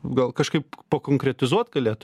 gal kažkaip pakonkretizuot galėt